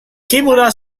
kimura